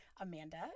Amanda